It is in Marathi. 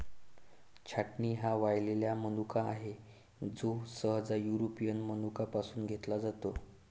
छाटणी हा वाळलेला मनुका आहे, जो सहसा युरोपियन मनुका पासून घेतला जातो